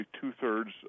two-thirds